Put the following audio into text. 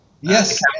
Yes